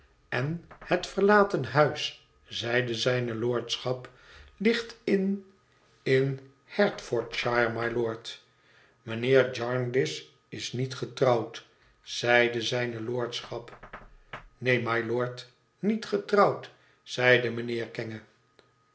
en het verlaten huis zeide zijne lordschap ligt in in hertfordshire mylord mijnheer jarndyce is niet getrouwd zeide zijne lordschap neen mylord niet getrouwd zeide mijnheer kenge